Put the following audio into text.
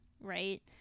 right